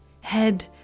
head